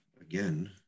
again